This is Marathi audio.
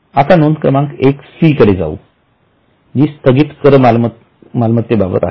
आता नोंद क्रमांक १ c कडे जाऊ जी स्थगित कर मालमत्ते बाबत आहे